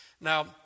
now